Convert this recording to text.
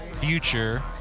Future